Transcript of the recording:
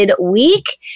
week